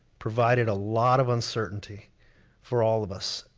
provided a lot of uncertainty for all of us.